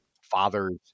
fathers